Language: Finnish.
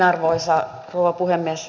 arvoisa rouva puhemies